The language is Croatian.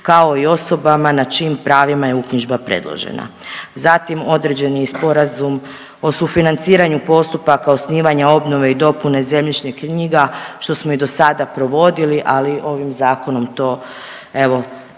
kao i osobama na čijim pravima je uknjižba predložena. Zatim određen je i sporazum o sufinanciranju postupaka osnivanja obnove i dopune zemljišnih knjiga što smo i do sada provodili, ali ovim zakonom to evo